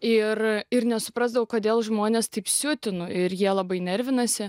ir ir nesuprasdavau kodėl žmonės taip siutinu ir jie labai nervinasi